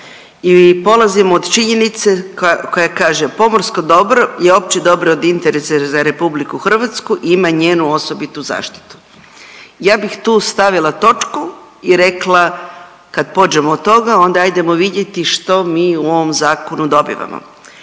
i polazim od činjenice koja kaže pomorsko dobro je opće dobro od interesa za Republiku Hrvatsku i ima njenu osobitu zaštitu. Ja bih tu stavila točku i rekla kad pođemo od toga onda hajdemo vidjeti što mi u ovom zakonu dobivamo.